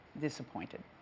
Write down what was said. Disappointed